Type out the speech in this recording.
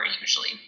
usually